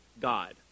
God